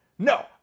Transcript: No